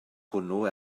hwnnw